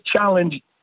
challenge